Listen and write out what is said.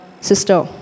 sister